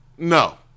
No